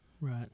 Right